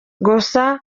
gusa